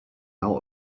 out